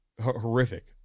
horrific